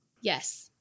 yes